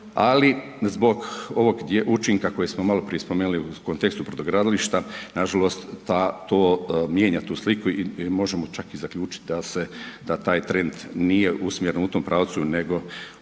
ali zbog ovog učinka koji smo maloprije spomenuli u kontekstu brodogradilišta, nažalost to mijenja tu sliku i možemo čak i zaključiti da taj trend nije usmjeren u tom pravcu nego u